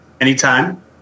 anytime